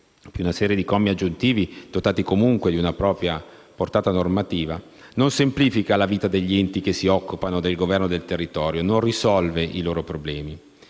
una serie di commi aggiuntivi, dotati comunque di una propria portata normativa, non semplifica la vita degli enti che si occupano del governo del territorio e non risolve i loro problemi.